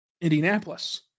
Indianapolis